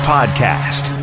Podcast